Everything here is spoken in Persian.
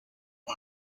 اون